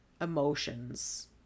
emotions